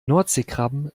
nordseekrabben